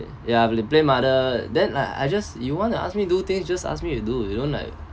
ya he blame mother then like I just you want to ask me do things just ask me to do you don't like